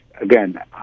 again